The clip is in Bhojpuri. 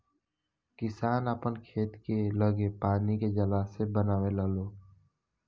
किसान आपन खेत के लगे पानी के जलाशय बनवे लालो